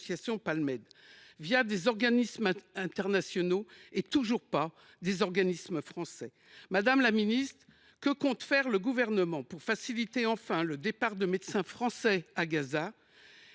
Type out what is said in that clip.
PalMed, des organismes internationaux et toujours pas par des organismes français. Aussi, que compte faire le Gouvernement pour faciliter enfin le départ de médecins français à Gaza ?